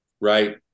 Right